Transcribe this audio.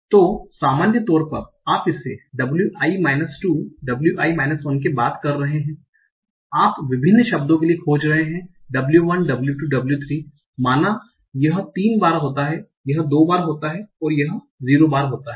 तो सामान्य तौर पर आप इसे wi माइनस 2 wi माइनस 1 के बाद कर रहे हैं आप विभिन्न शब्दों के लिए खोज रहे हैं W 1 W 2 W 3 माना यह तीन बार होता है यह दो बार होता है यह 0 बार होता है